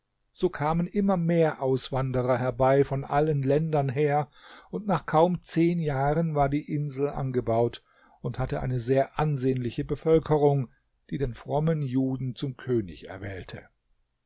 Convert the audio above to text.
so kamen immer mehr auswanderer herbei von allen ländern her und nach kaum zehn jahren war die insel angebaut und hatte eine sehr ansehnliche bevölkerung die den frommen juden zum könig erwählte